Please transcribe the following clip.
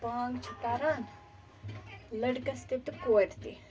بانٛگ چھِ پَران لٔڑکَس تہِ تہٕ کورِ تہِ